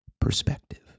perspective